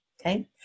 Okay